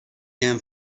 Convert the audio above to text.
him